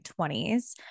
20s